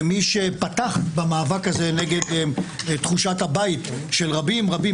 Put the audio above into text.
מי שפתח במאבק הזה נגד תחושת הבית של רבים רבים,